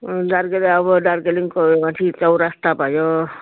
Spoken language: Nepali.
दार्जिलिङ अब दार्जिलिङको माथि चौरस्ता भयो